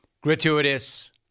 Gratuitous